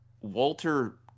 Walter